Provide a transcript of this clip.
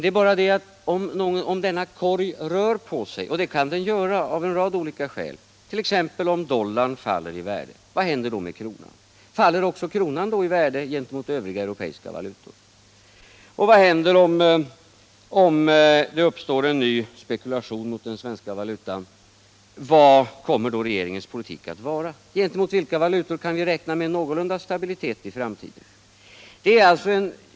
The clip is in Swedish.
Det är bara det felet med motiveringen att om denna korg rör på sig — och det kan den göra, av en rad olika skäl, t.ex. om dollarn faller i värde — vad händer då med kronan? Faller då också kronan i värde gentemot övriga europeiska valutor? Och vad händer om det uppstår en ny spekulation om den svenska valutan? Hur kommer då regeringens politik att vara? Gentemot vilka valutor kan vi räkna med någorlunda stabilitet i framtiden?